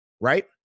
right